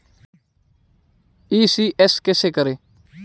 ECS कैसे करें?